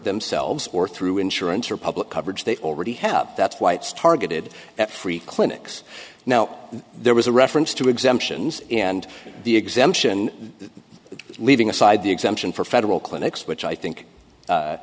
themselves or through insurance or public coverage they already have that's why it's targeted at free clinics now there was a reference to exemptions and the exemption leaving aside the exemption for federal clinics which i think